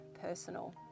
personal